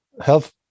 health